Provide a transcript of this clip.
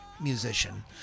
musician